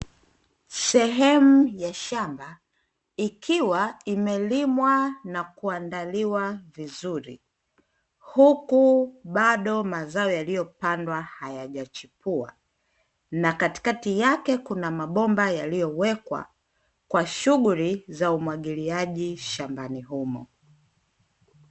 Sehemu ya shamba ikiwa imelimwa na kuandaliwa vizuri, huku bado mazao yaliyopandwa hayajachipua na katikati yake kuna mabomba yaliyowekwa kwa shughuli za umwagiliaji shambani humo.